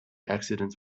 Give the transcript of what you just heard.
accidents